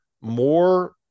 more